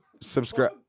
subscribe